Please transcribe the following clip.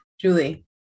Julie